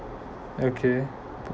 okay